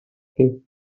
гэв